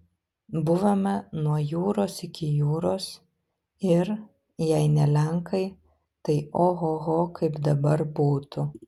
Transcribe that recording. buvome nuo jūros iki jūros ir jei ne lenkai tai ohoho kaip dabar būtų